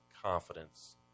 confidence